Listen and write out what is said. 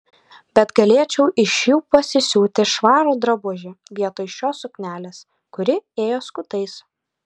bet galėčiau iš jų pasisiūti švarų drabužį vietoj šios suknelės kuri ėjo skutais